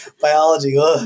Biology